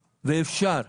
ואפשר.